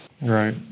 Right